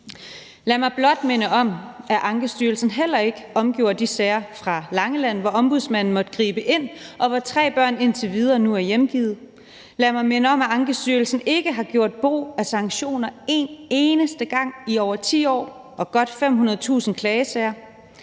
Lad mig blot minde om, at Ankestyrelsen heller ikke omgjorde de sager fra Langeland, hvor Ombudsmanden måtte gribe ind, og hvor tre børn indtil videre nu er hjemgivet. Lad mig minde om, at Ankestyrelsen ikke har gjort brug af sanktioner en eneste gang i over 10 år og godt 500.000 klagesager.